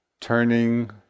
turning